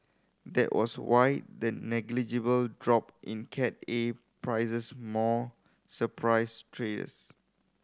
that was why the negligible drop in Cat A prices more surprised traders